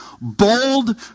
bold